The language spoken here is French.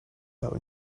par